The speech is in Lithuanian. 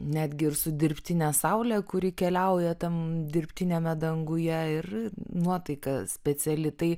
netgi ir su dirbtine saule kuri keliauja tam dirbtiniame danguje ir nuotaika speciali tai